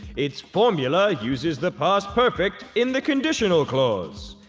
its formula uses the past perfect in the conditional clause.